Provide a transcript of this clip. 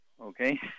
Okay